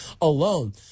alone